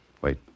Wait